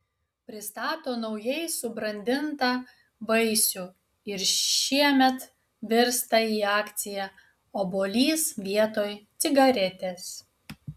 pristato naujai subrandintą vaisių ir šiemet virsta į akciją obuolys vietoj cigaretės